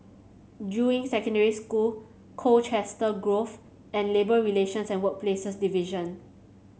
Juying Secondary School Colchester Grove and Labour Relations and Workplaces Division